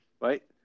right